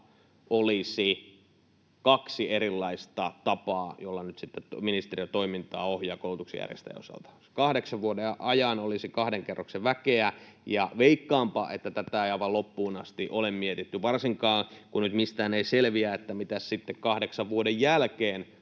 olisi kaksi erilaista tapaa, joilla nyt sitten ministeriö toimintaa ohjaa koulutuksen järjestäjän osalta. Kahdeksan vuoden ajan olisi kahden kerroksen väkeä, ja veikkaanpa, että tätä ei aivan loppuun asti ole mietitty, varsinkaan kun nyt mistään ei selviä, että mitäs sitten kahdeksan vuoden jälkeen